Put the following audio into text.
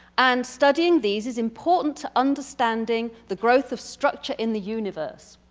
and studying these is important to understanding the growth of structure in the universe.